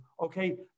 Okay